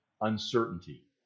uncertainty